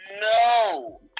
no